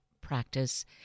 practice